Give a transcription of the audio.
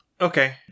Okay